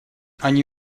они